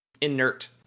inert